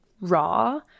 raw